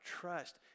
trust